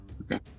Okay